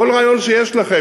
כל רעיון שיש לכם,